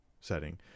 setting